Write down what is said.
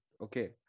Okay